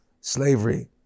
slavery